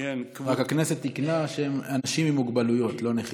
הכנסת תיקנה שהם אנשים עם מוגבלויות, לא נכים.